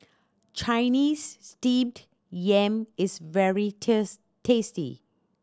Chinese Steamed Yam is very tasty